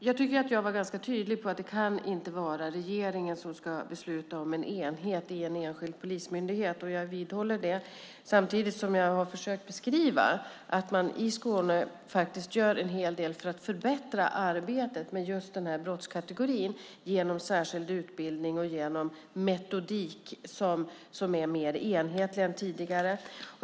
Jag tycker att jag var ganska tydlig med att det inte kan vara regeringen som ska besluta om en enhet i en enskild polismyndighet, och jag vidhåller det. Samtidigt har jag försökt beskriva att man i Skåne faktiskt gör en hel del för att förbättra arbetet med just denna brottskategori genom särskild utbildning och genom metodik som är mer enhetlig än tidigare.